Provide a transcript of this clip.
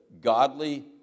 godly